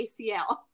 ACL